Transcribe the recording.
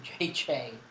JJ